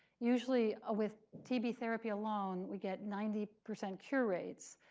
usually ah with tb therapy alone, we get ninety percent cure rates.